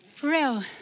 Brill